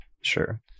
Sure